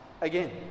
again